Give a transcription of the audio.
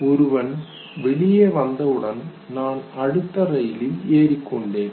ஒருவன் வெளியே வந்தவுடன் நான் அடுத்த ரயிலில் ஏறிக்கொண்டேன்